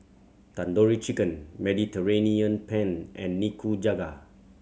Tandoori Chicken Mediterranean Penne and Nikujaga